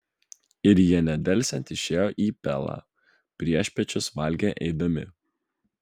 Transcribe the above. ir jie nedelsiant išėjo į pelą priešpiečius valgė eidami